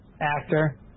actor